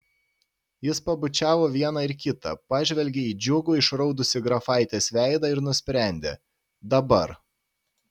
jis pabučiavo vieną ir kitą pažvelgė į džiugų išraudusį grafaitės veidą ir nusprendė dabar